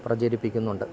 പ്രചരിപ്പിക്കുന്നുണ്ട്